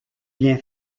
bien